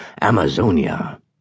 Amazonia